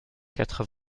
quatre